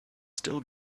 still